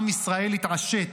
עם ישראל התעשת,